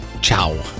Ciao